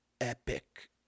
epic